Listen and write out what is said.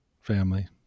family